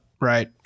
right